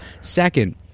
Second